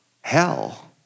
hell